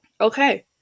Okay